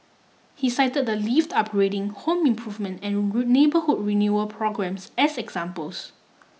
he cited the lift upgrading home improvement and neighbourhood renewal programmes as examples